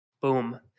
Boom